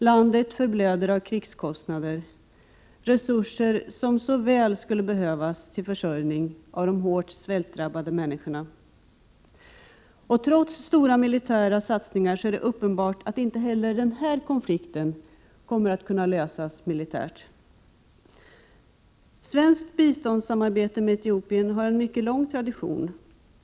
Landet förblöder av krigskostnader — resurser som så väl skulle behövas till försörjning av de hårt svältdrabbade människorna. Trots stora militära satsningar är det uppenbart att inte heller denna konflikt kommer att kunna lösas militärt. Svenskt biståndssamarbete med Etiopien har en mycket lång tradition.